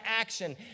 action